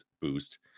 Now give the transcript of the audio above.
boost